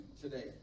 today